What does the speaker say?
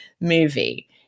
movie